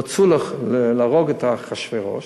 רצו להרוג את אחשוורוש,